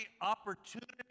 opportunity